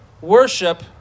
worship